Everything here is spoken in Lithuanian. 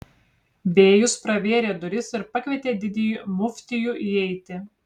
bėjus pravėrė duris ir pakvietė didįjį muftijų įeiti